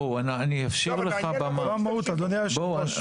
ארשה לך --- זו המהות אדוני היושב-ראש.